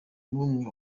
n’umwe